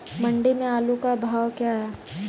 मंडी में आलू का भाव क्या है?